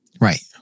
Right